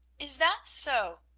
is that so?